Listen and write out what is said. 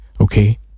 okay